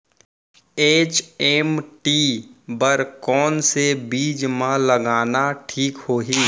HMT बर कौन से बीज मा लगाना ठीक होही?